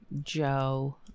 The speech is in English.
Joe